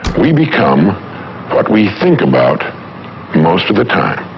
we become what we think about most of the time.